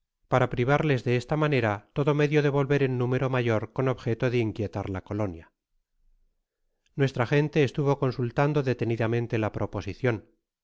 para privahes de esta manera todo medio de volver en número mayor con objeto de inquietar la colonia nuestra gente estuvo consultando detenidamente la proposicion